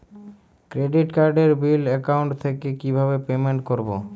Credit কার্ডের bill account থেকে কিভাবে পেমেন্ট করবো?